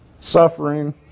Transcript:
suffering